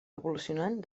evolucionant